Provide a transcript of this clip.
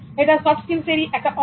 এটা soft skills এরই একটা অংশ